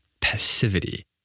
passivity